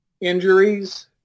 injuries